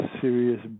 serious